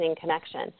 connection